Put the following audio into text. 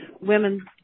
women